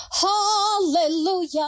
Hallelujah